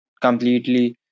completely